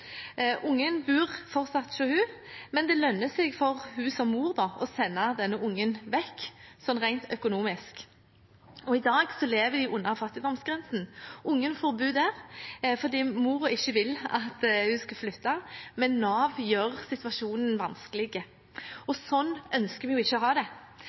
Ungen bor fortsatt hos henne, men rent økonomisk lønner det seg for henne, som mor, å sende denne ungen vekk, og i dag lever de under fattigdomsgrensen. Ungen får bor der fordi moren ikke vil at hun skal flytte, men Nav gjør situasjonen vanskelig. Sånn ønsker vi jo ikke å ha det,